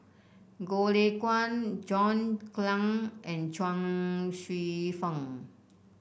Goh Lay Kuan John Clang and Chuang Hsueh Fang